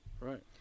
Right